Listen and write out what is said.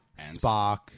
Spock